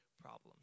problems